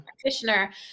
practitioner